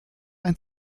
ein